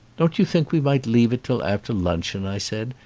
don't you think we might leave it till after luncheon? i said.